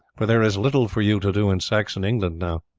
for there is little for you to do in saxon england now.